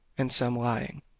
and some lying.